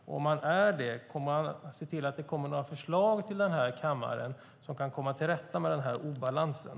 Om den är det, kommer man se till att det kommer några förslag till kammaren för att komma till rätta med obalansen?